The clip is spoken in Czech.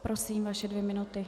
Prosím vaše dvě minuty.